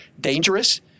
dangerous